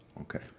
Okay